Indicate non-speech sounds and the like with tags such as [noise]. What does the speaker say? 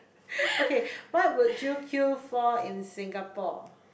[laughs] okay what would you queue for in Singapore